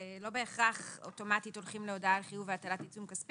לא בהכרח אוטומטית הולכים להודעה על חיוב והטלת עיצום כספי.